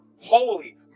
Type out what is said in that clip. holy